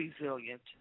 resilient